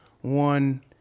one